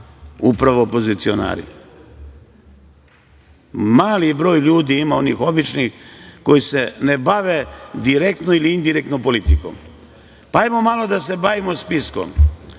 Upravo opozicionari. Mali broj ljudi ima onih običnih koji se ne bave direktno ili indirektno politikom. Hajde malo da se bavimo spiskom,